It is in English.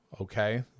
Okay